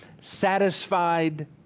satisfied